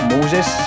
Moses